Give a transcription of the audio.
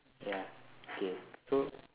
ya okay so